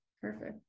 perfect